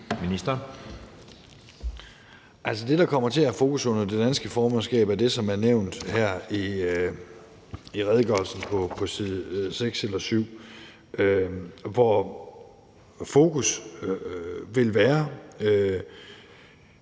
det, der kommer til at være i fokus under det danske formandskab, er det, som er nævnt her i redegørelsen på side 6 eller 7. Fokus vil være